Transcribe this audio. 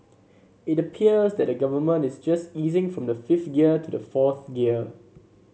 it appears that the Government is just easing from the fifth gear to the fourth gear